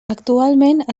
actualment